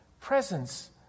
presence